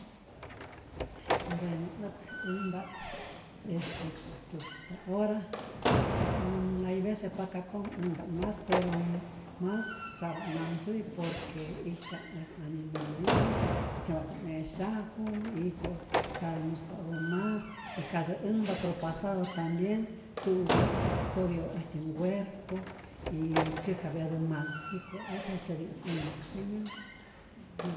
Bueno ät änhpa't este tujta ora nn- hay vece paka'kojmä änhpa't mas, pero mas sa'pa't namtzuti por que ijtyaj äj animalito y tiene wa'ku't e'syaju, jiko' ntatä muspa äwä mas y katä änhpa propasado tambien tu'pya topya'pa äjtyä ncuerpo y tzyäjkapyatä mal, jiko äj jejtzyeti't änhpa, jenyanhkä'.